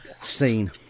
Scene